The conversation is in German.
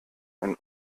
ein